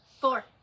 Four